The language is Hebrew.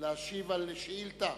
על שאילתא